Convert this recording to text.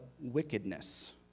wickedness